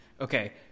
Okay